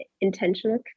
intentional